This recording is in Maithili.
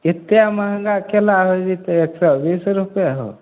एतेक महङ्गा केला हो जेतै एक सए बीस रुपिए हौ